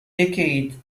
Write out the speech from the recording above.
decade